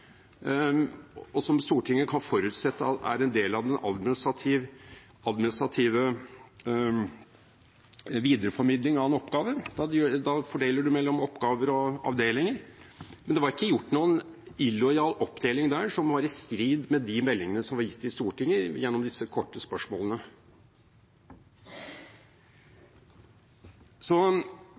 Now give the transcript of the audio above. og som Stortinget kan forutsette er en del av den administrative videreformidling av en oppgave. Da fordeler man mellom oppgaver og avdelinger. Men det var ikke gjort noen illojal oppdeling som var i strid med de meldingene som var gitt i Stortinget gjennom disse korte